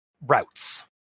routes